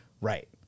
right